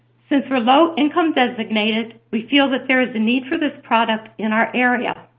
since we're low-income designated, we feel that there is a need for this product in our area.